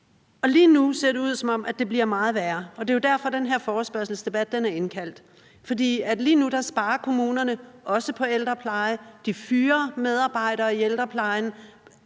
Lige nu ser det ud, som om det bliver meget værre, og det er jo derfor, der er indkaldt til den her forespørgselsdebat. For lige nu sparer kommunerne også på ældreplejen, og de fyrer medarbejdere i ældreplejen.